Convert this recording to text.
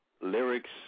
lyrics